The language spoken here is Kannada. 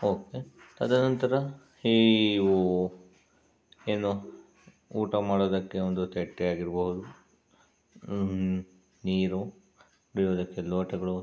ಅವಕ್ಕೆ ತದನಂತರ ಇವೂ ಏನು ಊಟ ಮಾಡೋದಕ್ಕೆ ಒಂದು ತಟ್ಟೆಯಾಗಿರ್ಬೋದು ನೀರು ಕುಡಿಯೋದಕ್ಕೆ ಲೋಟಗಳು